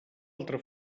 altra